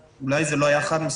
אולי זה לא היה חד מספיק.